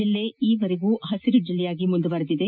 ಜಿಲ್ಲೆ ಈವರೆಗೂ ಪಸಿರು ಜಿಲ್ಲೆಯಾಗಿ ಮುಂದುವರೆದಿದೆ